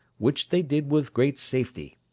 which they did with great safety,